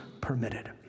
permitted